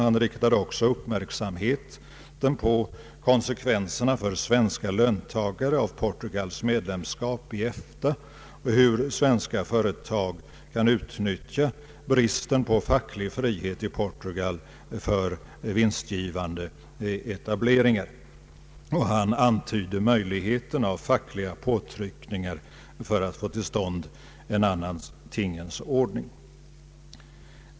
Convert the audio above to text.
Han riktade också uppmärksamheten på konsekvenserna för svenska löntagare av Portugals medlemskap i EFTA och påpekade hur svenska företag kan utnyttja bristen på facklig frihet i Portugal för vinstgivande etableringar. Han antydde möjligheten av fackliga påtryckningar för att få till stånd en annan tingens ordning.